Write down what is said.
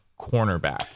cornerback